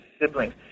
siblings